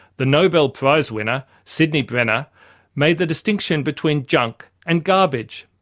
the nobel prize winner sydney brenner made the distinction between junk and garbage.